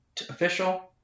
official